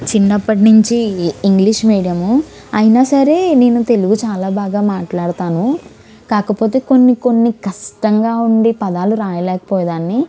చిన్నప్పటి నుంచి English medium అయినా సరే నేను తెలుగు చాలా బాగా మాట్లాడుతాను కాకపోతే కొన్ని కొన్ని కష్టంగా ఉండే పదాలు రాయలేకపోయేదాన్ని